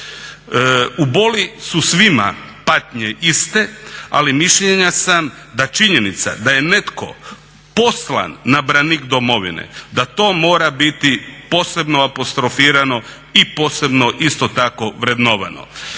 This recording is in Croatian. U boli su svima patnje iste, ali mišljenja da činjenica da je netko poslan na branik domovine da to mora biti posebno apostrofirano i posebno isto tako vrednovano.